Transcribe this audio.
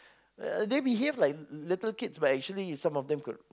uh they behave like little kids but actually some of them could